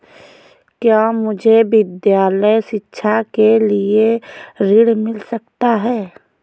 क्या मुझे विद्यालय शिक्षा के लिए ऋण मिल सकता है?